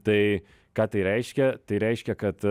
tai ką tai reiškia tai reiškia kad